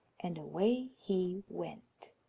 and away he went.